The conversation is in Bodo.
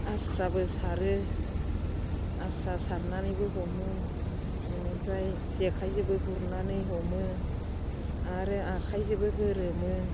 आस्राबो सारो आस्रा सारनानैबो हमो बेनिफ्राय जेखायजोंबो गुरनानै हमो आरो आखायजोंबो गोरोमो